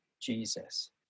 Jesus